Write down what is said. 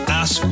ask